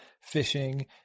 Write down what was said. fishing